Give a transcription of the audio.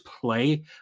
play